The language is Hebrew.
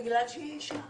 זה בגלל שהן נשים.